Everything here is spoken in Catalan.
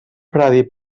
predir